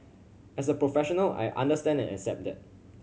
as a professional I understand and accept that